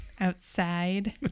Outside